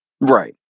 Right